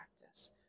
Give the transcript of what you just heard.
practice